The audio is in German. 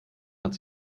hat